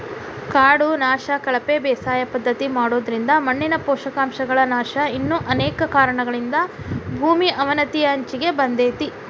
ಕಾಡು ನಾಶ, ಕಳಪೆ ಬೇಸಾಯ ಪದ್ಧತಿ ಮಾಡೋದ್ರಿಂದ ಮಣ್ಣಿನ ಪೋಷಕಾಂಶಗಳ ನಾಶ ಇನ್ನು ಅನೇಕ ಕಾರಣಗಳಿಂದ ಭೂಮಿ ಅವನತಿಯ ಅಂಚಿಗೆ ಬಂದೇತಿ